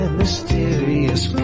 mysterious